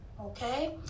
okay